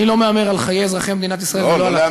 אני לא מהמר על חיי אזרחי מדינת ישראל ולא על עתידה.